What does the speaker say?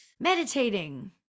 meditating